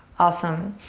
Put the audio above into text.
awesome.